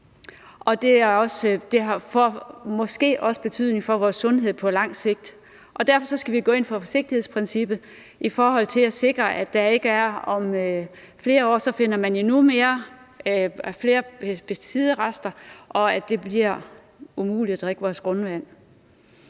det får måske også betydning for vores sundhed på lang sigt. Så vi skal bruge forsigtighedsprincippet for at sikre, at man ikke om flere år finder endnu flere pesticidrester, så det bliver umuligt at drikke vores grundvand.